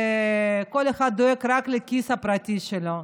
וכל אחד דואג רק לכיס הפרטי שלו.